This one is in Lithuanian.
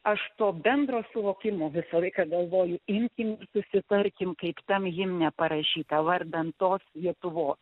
aš to bendro suvokimo visą laiką galvoju imkim susitarkim kaip tam himne parašyta vardan tos lietuvos